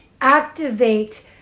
activate